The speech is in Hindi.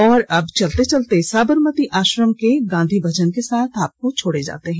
और अब चलते चलते साबरमती आश्रम के गांधी भजन के साथ आपको छोड़ जाते हैं